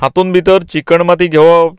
हातूंत भितर चिकण माती घेवप